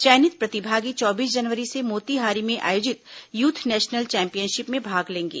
चयनित प्रतिभागी चौबीस जनवरी से मोतीहारी में आयोजित यूथ नेशनल चैंपियनशिप में भाग लेंगे